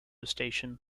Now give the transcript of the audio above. station